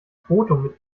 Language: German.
foto